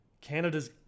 Canada's